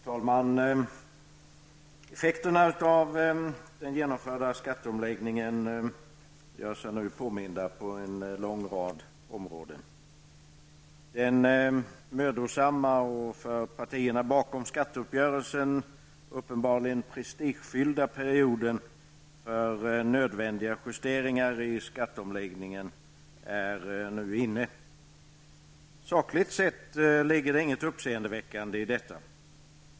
Fru talman! Effekterna av den genomförda skatteomläggningen gör sig nu påminda på en lång rad områden. Den mödosamma och för partierna bakom skatteuppgörelsen uppenbarligen prestigefyllda perioden för nödvändiga justeringar i skatteomläggningen är nu inne. Sakligt sett ligger det inget uppseendeväckande i detta.